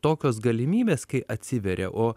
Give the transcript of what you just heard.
tokios galimybės kai atsiveria o